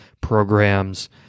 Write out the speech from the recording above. programs